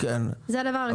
זה הדבר הראשון.